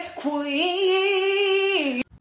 queen